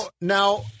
now